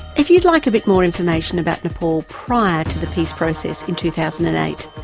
if you'd like a bit more information about nepal prior to the peace process in two thousand and eight,